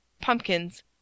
pumpkins